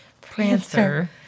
Prancer